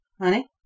Honey